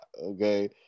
okay